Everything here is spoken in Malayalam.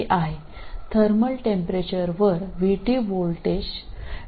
അതിനാൽ ഇത് ഓർമ്മിക്കേണ്ടതാണ് ഊഷ്മാവിൽ താപ വോൾട്ടേജ് Vt 25 mv ആണ്